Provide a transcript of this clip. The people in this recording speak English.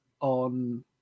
on